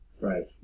Right